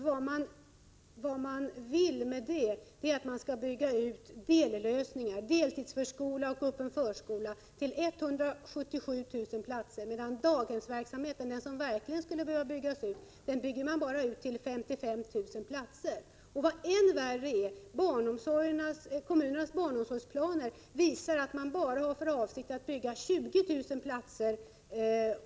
Vad man vill åstadkomma med det är dellösningar, en utbyggnad av deltidsförskola och öppen förskola till 177 000 platser, medan daghemsverksamheten — som verkligen skulle behöva utökas — byggs ut till endast 55 000 platser. Och vad som är än värre: kommunernas barnomsorgsplaner visar att man har för avsikt att bygga ut bara 20 000 platser.